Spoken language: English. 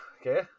okay